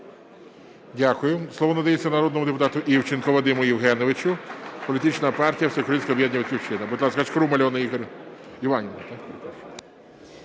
Дякую. Слово надається народному депутату Івченку Вадиму Євгеновичу, політична партія "Всеукраїнське об'єднання "Батьківщина". Будь ласка, Шкрум Альона Іванівна.